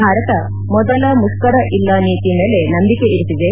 ಭಾರತ ಮೊದಲ ಮುಷ್ಕರ ಇಲ್ಲ ನೀತಿ ಮೇಲೆ ನಂಬಿಕೆ ಇರಿಸಿದೆ